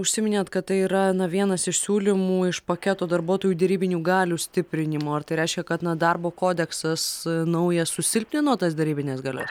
užsiminėt kad tai yra vienas iš siūlymų iš paketo darbuotojų derybinių galių stiprinimo ar tai reiškia kad na darbo kodeksas naujas susilpnino tas derybines galias